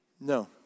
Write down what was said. No